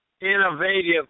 innovative